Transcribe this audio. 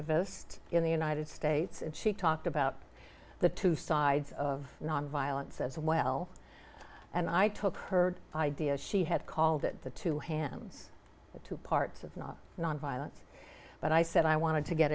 divorced in the united states and she talked about the two sides of nonviolence as well and i took her idea she had called it the two hands two parts of nonviolence but i said i wanted to get